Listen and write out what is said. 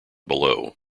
below